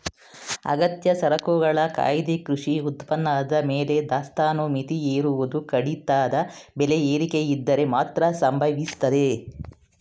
ಅಗತ್ಯ ಸರಕುಗಳ ಕಾಯ್ದೆ ಕೃಷಿ ಉತ್ಪನ್ನದ ಮೇಲೆ ದಾಸ್ತಾನು ಮಿತಿ ಹೇರುವುದು ಕಡಿದಾದ ಬೆಲೆ ಏರಿಕೆಯಿದ್ದರೆ ಮಾತ್ರ ಸಂಭವಿಸ್ತದೆ